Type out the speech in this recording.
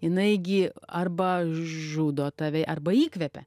jinai gi arba žudo tave arba įkvepia